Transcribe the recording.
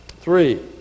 Three